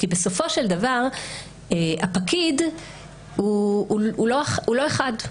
כי בסופו של דבר הפקיד הוא לא אחד,